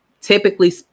Typically